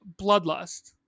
Bloodlust